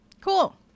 Cool